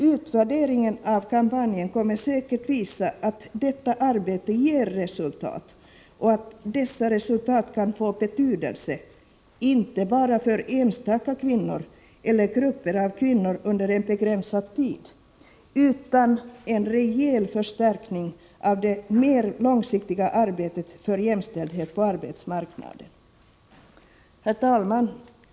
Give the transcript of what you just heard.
Utvärderingen av kampanjen kommer säkert att visa att detta arbete ger resultat och att dessa resultat kan få betydelse inte bara för enstaka kvinnor eller grupper av kvinnor under en begränsad tid utan som en reell förstärkning av det mer långsiktiga arbetet för jämställdhet på arbetsmarknaden. Herr talman!